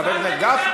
חבר הכנסת גפני.